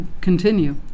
continue